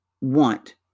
want